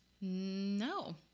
No